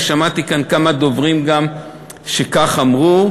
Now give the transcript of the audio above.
שמעתי כאן כמה דוברים שכך אמרו.